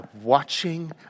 watching